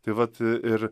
tai vat ir